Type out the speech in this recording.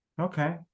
okay